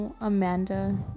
Amanda